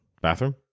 bathroom